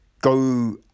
go